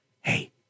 hey